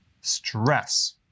stress